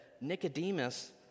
Nicodemus